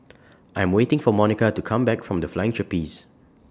I'm waiting For Monika to Come Back from The Flying Trapeze